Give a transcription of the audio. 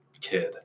kid